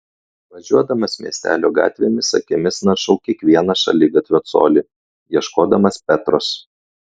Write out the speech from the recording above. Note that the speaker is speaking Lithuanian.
važiuodamas miestelio gatvėmis akimis naršau kiekvieną šaligatvio colį ieškodamas petros